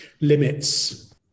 limits